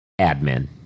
Admin